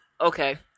Okay